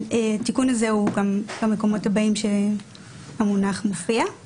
התיקון הזה הוא גם במקומות הבאים כאשר מופיע המונח